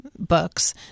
books